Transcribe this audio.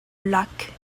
lac